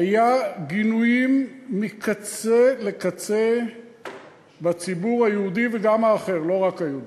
היו גינויים מקצה לקצה בציבור היהודי וגם האחר ולא רק היהודי,